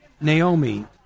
Naomi